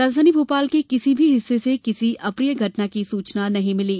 राजधानी भोपाल के किसी भी हिस्से से किसी अप्रिय घटना की सूचना नहीं मिली